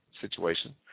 situation